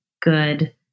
good